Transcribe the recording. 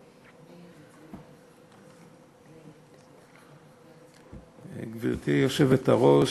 גברתי היושבת-ראש,